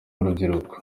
urubyiruko